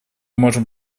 можем